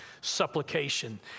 supplication